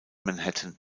manhattan